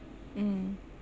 mm